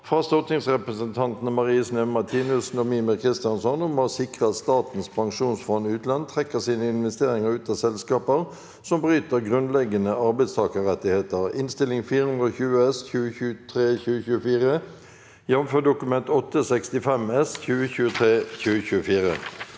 fra stortingsrepresentantene Marie Sneve Martinussen og Mímir Kristjánsson om å sikre at Statens pensjonsfond utland trekker sine investeringer ut av selska per som bryter grunnleggende arbeidstakerrettigheter (Innst. 420 S (2023–2024), jf. Dokument 8:65 S (2023– 2024))